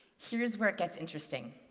here's where it gets interesting.